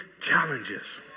challenges